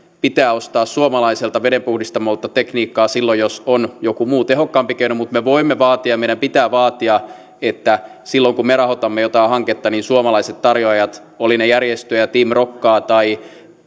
pitää ostaa suomalaiselta vedenpuhdistamolta tekniikkaa silloin jos on joku muu tehokkaampi keino mutta me voimme vaatia ja meidän pitää vaatia että silloin kun me rahoitamme jotain hanketta niin suomalaiset tarjoajat olivat ne järjestöjä team rokkaa tai